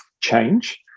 change